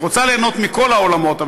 היא רוצה ליהנות מכל העולמות,